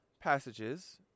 passages